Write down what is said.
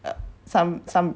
some some